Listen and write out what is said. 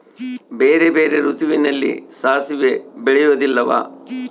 ಬೇರೆ ಬೇರೆ ಋತುವಿನಲ್ಲಿ ಸಾಸಿವೆ ಬೆಳೆಯುವುದಿಲ್ಲವಾ?